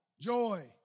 joy